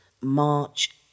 March